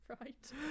right